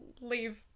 leave